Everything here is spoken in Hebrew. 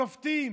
שופטים,